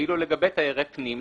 ואילו לגבי תיירי פנים,